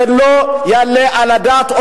זה לא יעלה על הדעת.